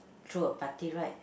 throw a party right